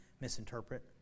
misinterpret